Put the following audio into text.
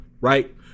right